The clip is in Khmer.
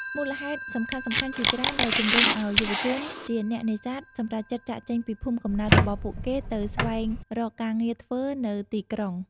មានមូលហេតុសំខាន់ៗជាច្រើនដែលជំរុញឲ្យយុវជនជាអ្នកនេសាទសម្រេចចិត្តចាកចេញពីភូមិកំណើតរបស់ពួកគេទៅស្វែងរកការងារធ្វើនៅទីក្រុង។